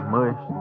Mush